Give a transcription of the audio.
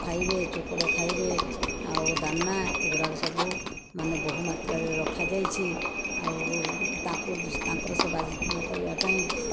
ଖାଇବେ ଚୋକଡ଼ ଖାଇବେ ଆଉ ଦାନା ଏଗୁଡ଼ାକ ସବୁ ମାନେ ବହୁ ମାତ୍ରାରେ ରଖାଯାଇଛି ଆଉ ତାଙ୍କୁ ତାଙ୍କର ସେବା ଯତ୍ନ କରିବା ପାଇଁ